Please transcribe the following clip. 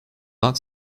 not